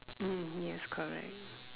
um yes correct